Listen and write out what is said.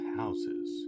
houses